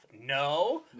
No